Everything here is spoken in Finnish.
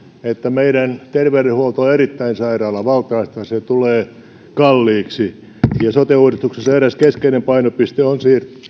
että meidän terveydenhuoltomme on erittäin sairaalavaltaista se tulee kalliiksi sote uudistuksessa eräs keskeinen painopiste on